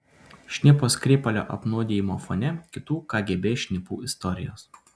šnipo skripalio apnuodijimo fone kitų kgb šnipų istorijos